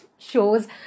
shows